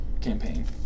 campaign